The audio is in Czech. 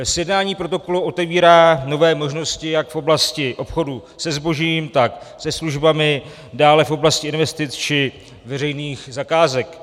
Sjednání protokolu otevírá nové možnosti jak v oblasti obchodu se zbožím, tak se službami, dále v oblasti investic či veřejných zakázek.